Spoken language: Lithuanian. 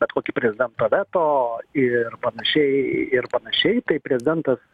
bet kokį prezidento veto ir panašiai ir panašiai tai prezidentas